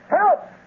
help